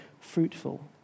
fruitful